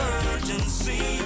urgency